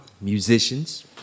musicians